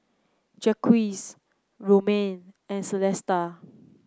Jacquez Romaine and Celesta